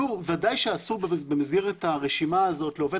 ודאי שאסור במסגרת הרשימה הזאת לעובד